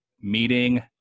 meeting